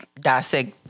dissect